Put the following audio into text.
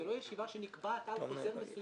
זאת לא ישיבה שנקבעת על חוזר מסוים.